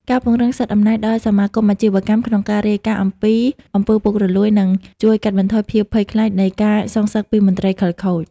ការពង្រឹងសិទ្ធិអំណាចដល់សមាគមអាជីវកម្មក្នុងការរាយការណ៍អំពី អំពើពុករលួយ នឹងជួយកាត់បន្ថយភាពភ័យខ្លាចនៃការសងសឹកពីមន្ត្រីខិលខូច។